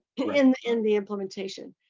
in in the implementation.